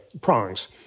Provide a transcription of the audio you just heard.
prongs